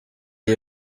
iyi